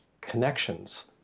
connections